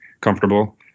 comfortable